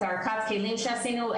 את הערכת הכלים שעשינו,